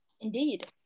Indeed